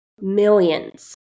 millions